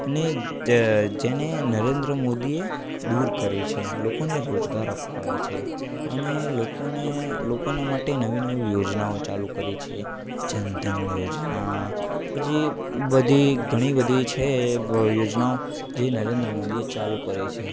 અને જેને નરેન્દ્ર મોદીએ દૂર કરી છે લોકોને રોજગાર અપાવ્યા છે અને લોકોને લોકોના માટે નવી નવી યોજનાઓ ચાલું કરી છે જનધન યોજના પછી બધી ઘણી બધી છે યોજનાઓ જે નરેન્દ્ર મોદીએ ચાલુ કરી છે